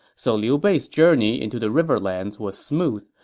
so liu bei's journey into the riverlands was smooth,